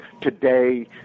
today